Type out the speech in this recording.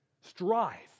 strive